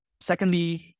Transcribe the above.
Secondly